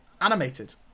animated